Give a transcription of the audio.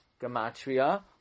Gematria